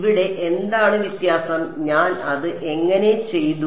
ഇവിടെ എന്താണ് വ്യത്യാസം ഞാൻ അത് എങ്ങനെ ചെയ്തു